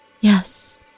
Yes